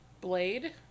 Blade